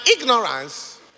ignorance